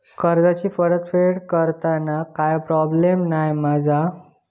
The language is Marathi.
कर्जाची फेड करताना काय प्रोब्लेम नाय मा जा?